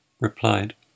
replied